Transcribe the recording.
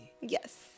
Yes